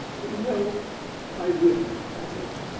well i wouldn't, that's all.